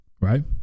Right